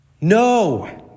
no